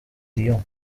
lyon